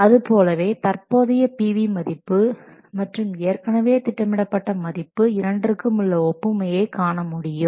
அதுபோலவே தற்போதைய PV மதிப்பு மற்றும் ஏற்கனவே திட்டமிடப்பட்ட மதிப்பு இரண்டிற்கும் உள்ள ஒப்புமையை காண முடியும்